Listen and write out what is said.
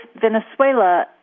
Venezuela